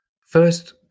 first